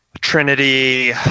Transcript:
Trinity